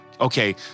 okay